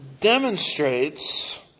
demonstrates